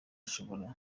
ashobora